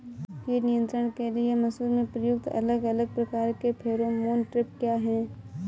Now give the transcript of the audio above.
कीट नियंत्रण के लिए मसूर में प्रयुक्त अलग अलग प्रकार के फेरोमोन ट्रैप क्या है?